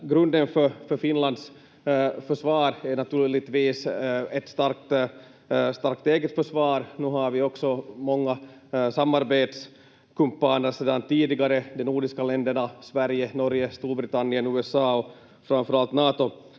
Grunden för Finlands försvar är naturligtvis ett starkt eget försvar. Nu har vi också många samarbetskumpaner sedan tidigare: de nordiska länderna, Sverige, Norge, Storbritannien, USA och framför allt